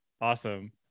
Awesome